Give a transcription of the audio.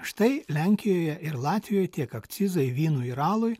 štai lenkijoje ir latvijoje tiek akcizai vynui ir alui